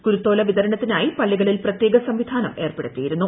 കുരുത്തോല വിതരണത്തിനായി പ്പള്ളികളിൽ പ്രത്യേക സംവിധാനം ഏർപ്പെടുത്തിയിരുന്നു